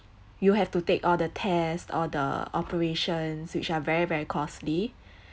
you have to take all the test all the operations which are very very costly